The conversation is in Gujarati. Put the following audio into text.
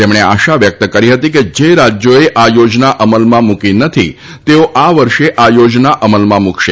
તેમણે આશા વ્યક્ત કરી હતી કે જે રાજ્યોએ આ યોજના અમલમાં મૂકી નથી તેઓ આ વર્ષે આ યોજના અમલમાં મુકશે